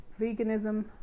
veganism